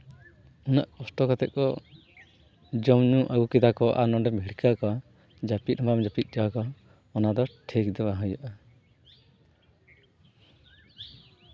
ᱩᱱᱟᱹᱜ ᱠᱚᱥᱴᱚ ᱠᱟᱛᱮ ᱠᱚ ᱡᱚᱢ ᱧᱩ ᱟᱹᱜᱩ ᱠᱮᱫᱟ ᱠᱚ ᱟᱨ ᱱᱚᱰᱮᱢ ᱵᱷᱤᱲᱠᱟᱹᱣ ᱠᱚᱣᱟ ᱡᱟᱹᱯᱤᱫ ᱦᱚᱸ ᱵᱟᱢ ᱡᱟᱹᱯᱤᱫ ᱦᱚᱪᱚᱣᱟᱠᱚᱣᱟ ᱚᱱᱟ ᱫᱚ ᱴᱷᱤᱠ ᱫᱚ ᱵᱟᱝ ᱦᱩᱭᱩᱜᱼᱟ